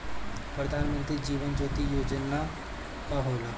प्रधानमंत्री जीवन ज्योति बीमा योजना का होला?